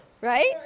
Right